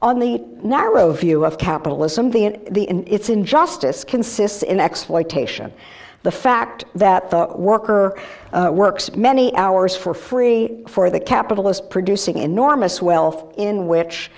on the narrow view of capitalism the in the in its injustice consists in exploitation the fact that the worker works many hours for free for the capitalist producing enormous wealth in which